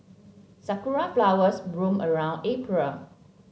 sakura flowers bloom around April